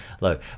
low